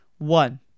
One